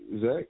Zach